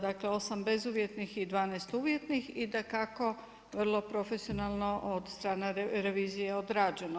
Dakle, 8 bezuvjetnih i 12 uvjetnih i dakako vrlo profesionalno od strane revizije odrađeno.